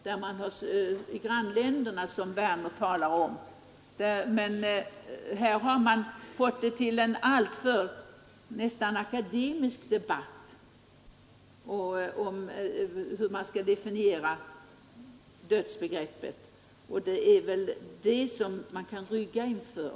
Dödsbegreppet har här hemma kommit att bli föremål för en alltför akademisk debatt. Det är detta man ryggar inför.